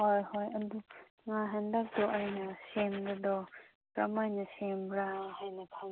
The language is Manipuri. ꯍꯣꯏ ꯍꯣꯏ ꯑꯗꯨ ꯉꯥ ꯍꯟꯗꯛꯇꯨ ꯑꯩꯅ ꯁꯦꯝꯕꯗꯣ ꯀꯔꯝ ꯍꯥꯏꯅ ꯁꯦꯝꯕ꯭ꯔꯥ ꯍꯥꯏꯅ ꯈꯪꯅꯤꯡꯕ